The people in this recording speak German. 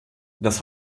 das